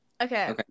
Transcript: Okay